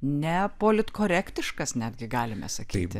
ne politkorektiškas netgi galime sakyti